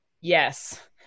Yes